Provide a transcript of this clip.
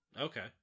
Okay